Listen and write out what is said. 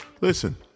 listen